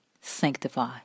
sanctify